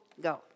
Go